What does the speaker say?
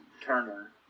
turner